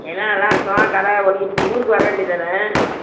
எல்லாம் நல்லாயிருக்கோம் கடை ஓடிக்கிட்டிருக்கு ஊருக்கு வர வேண்டியது தானே